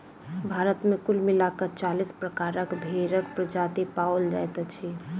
भारत मे कुल मिला क चालीस प्रकारक भेंड़क प्रजाति पाओल जाइत अछि